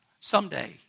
someday